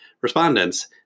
respondents